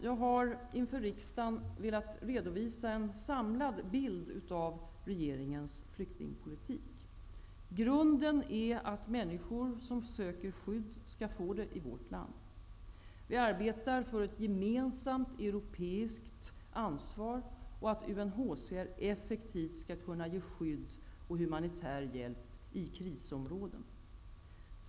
Jag har inför riksdagen velat redovisa en samlad bild av regeringens flyktingpolitik. Grunden är att människor som söker skydd skall få det i vårt land. Vi arbetar för ett gemensamt europeiskt ansvar och för att UNHCR effektivt skall kunna ge skydd och humanitär hjälp i krisområden.